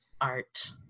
art